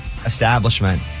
establishment